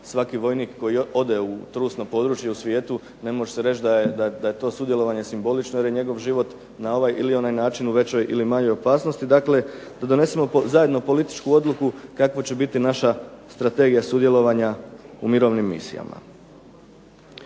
svaki vojnik koji ode u trusno područje u svijetu ne može se reći da je to sudjelovanje simbolično jer je njegov život na ovaj ili onaj način u većoj ili manjoj opasnosti itd. Da donesemo zajedničku odluku kakva će biti naša strategija sudjelovanja u mirovnim misijama.